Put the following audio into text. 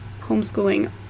homeschooling